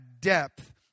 depth